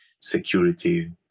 security